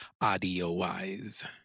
audio-wise